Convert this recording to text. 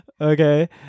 okay